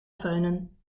föhnen